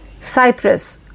Cyprus